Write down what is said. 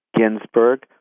Ginsburg